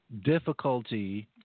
difficulty